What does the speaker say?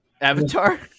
Avatar